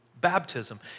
baptism